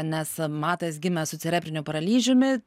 nes matas gimė su cerebriniu paralyžiumi